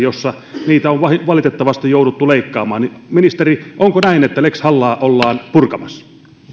missä niitä on valitettavasti jouduttu leikkaamaan ministeri onko näin että lex hallaa ollaan purkamassa